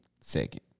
second